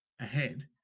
ahead